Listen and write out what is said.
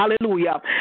Hallelujah